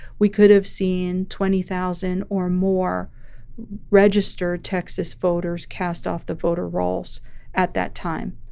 we could have seen twenty thousand or more registered texas voters cast off the voter rolls at that time.